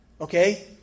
Okay